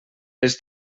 les